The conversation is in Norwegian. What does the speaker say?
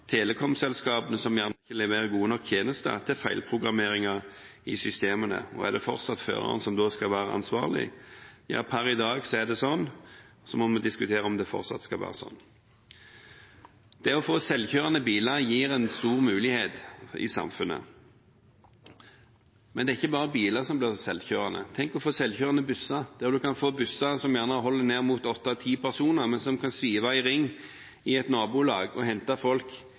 som kanskje ikke leverer gode nok tjenester, til feilprogrammeringer i systemene. Er det fortsatt føreren som da skal være ansvarlig? Per i dag er det slik, og så må vi diskutere om det fortsatt skal være slik. Det å få selvkjørende biler gir en stor mulighet i samfunnet. Men det er ikke bare biler som blir selvkjørende. Tenk å få selvkjørende busser, busser som kanskje tar ned mot åtte–ti personer, men som kan svive i ring i et nabolag og hente folk,